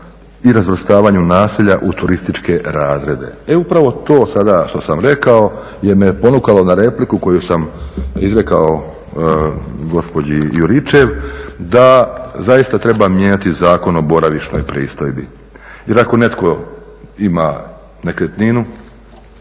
i razvrstavanju naselja u turističke razrede. E upravo to sada što sam rekao je me ponukalo na repliku koju sam izrekao gospođi Juričev da zaista treba mijenjati Zakon o boravišnoj pristojbi jer ako netko ima nekretninu